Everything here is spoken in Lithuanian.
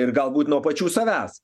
ir galbūt nuo pačių savęs